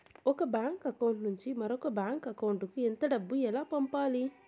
ఒక bank account నుంచి మరొక బ్యాంకు అకౌంట్ కు ఎంత డబ్బు ఎలా పంపాలి